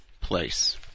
place